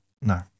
No